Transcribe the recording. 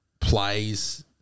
plays